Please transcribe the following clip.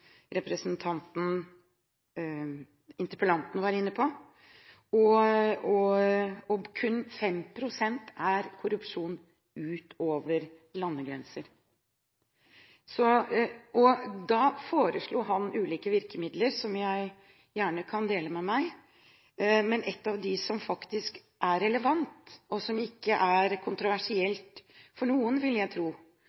interpellanten var inne på, og kun 5 pst. er korrupsjon utover landegrenser. Da foreslo han ulike virkemidler, som jeg gjerne kan dele, men et av dem som faktisk er relevant, og som ikke er